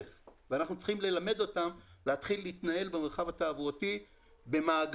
ואנחנו צריכים ללמד אותם להתחיל להתנהל במרחב התעבורתי במעגלים,